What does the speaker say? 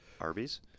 Arby's